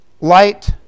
light